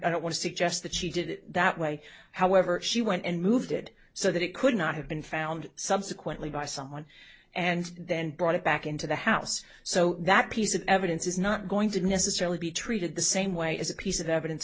i don't want to suggest that she did it that way however she went and moved it so that it could not have been found subsequently by someone and then brought it back into the house so that piece of evidence is not going to necessarily be treated the same way as a piece of evidence